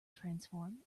transform